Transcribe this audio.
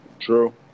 True